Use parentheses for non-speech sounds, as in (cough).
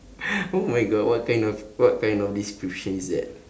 (noise) oh my god what kind of what kind of description is that